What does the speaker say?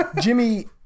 Jimmy